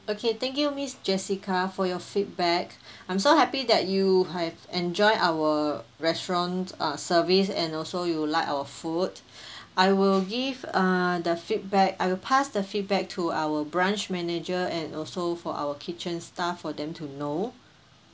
okay thank you miss jessica for your feedback I'm so happy that you have enjoy our restaurant uh service and also you like our food I will give uh the feedback uh I will pass the feedback to our branch manager and also for our kitchen staff for them to know